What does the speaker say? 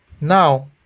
now